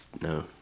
No